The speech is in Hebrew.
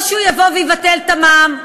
או שהוא יבוא ויבטל את המע"מ,